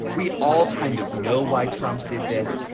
we all kind of know why trump did this.